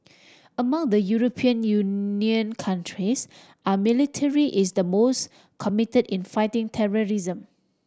among the European Union countries our military is the most committed in fighting terrorism